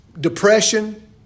depression